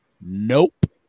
nope